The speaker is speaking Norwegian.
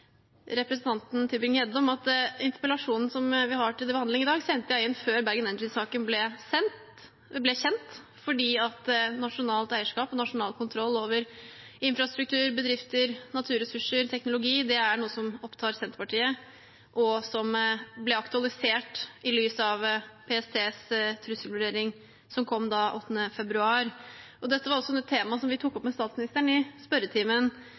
representanten Tybring-Gjedde om at interpellasjonen som vi har til behandling i dag, sendte jeg inn før Bergen Engines-saken ble kjent. Nasjonalt eierskap, nasjonal kontroll over infrastruktur, bedrifter, naturressurser og teknologi er noe som opptar Senterpartiet, og som ble aktualisert i lys av PSTs trusselvurdering, som kom den 8. februar. Dette var også et tema vi tok opp med statsministeren i spørretimen